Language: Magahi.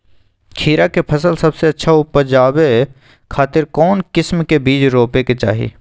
खीरा के फसल सबसे अच्छा उबजावे खातिर कौन किस्म के बीज रोपे के चाही?